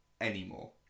anymore